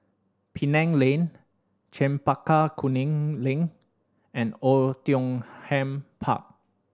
Penang Lane Chempaka Kuning Link and Oei Tiong Ham Park